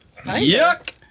Yuck